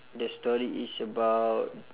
the story is about